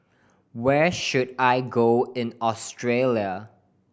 where should I go in Australia